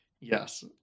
Yes